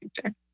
future